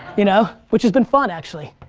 you know, which has been fun actually.